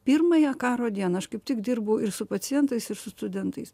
pirmąją karo dieną aš kaip tik dirbau ir su pacientais ir su studentais